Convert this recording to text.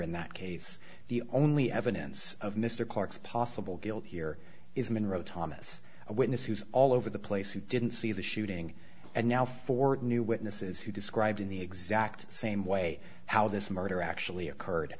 in that case the only evidence of mr clarke's possible guilt here is monroe thomas a witness who's all over the place who didn't see the shooting and now for new witnesses who described in the exact same way how this murder actually occurred